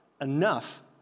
enough